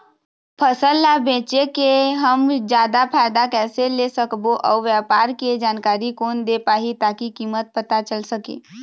फसल ला बेचे के हम जादा फायदा कैसे ले सकबो अउ व्यापार के जानकारी कोन दे पाही ताकि कीमत पता चल सके?